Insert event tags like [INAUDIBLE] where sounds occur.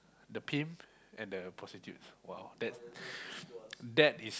the pimp and the prostitute !wow! that [NOISE] that is